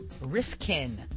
Rifkin